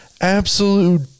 absolute